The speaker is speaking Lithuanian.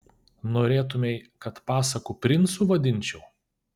norėtumei kad pasakų princu vadinčiau